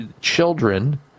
children